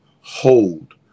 hold